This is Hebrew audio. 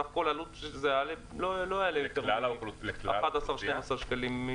בסך הכול עלות של לא יותר מ-12 מיליוני שקלים.